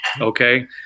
okay